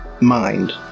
mind